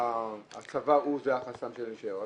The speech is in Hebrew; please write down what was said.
שהצבא הוא החסם של להישאר.